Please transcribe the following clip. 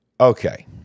Okay